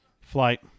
Flight